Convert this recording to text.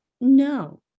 No